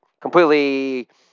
completely